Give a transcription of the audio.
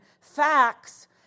facts